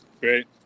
Great